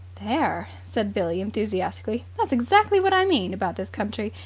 there, said billie enthusiastically, that's exactly what i mean about this country.